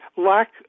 lack